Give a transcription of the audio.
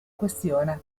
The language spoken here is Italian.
questione